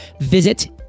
visit